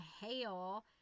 hail